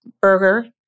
burger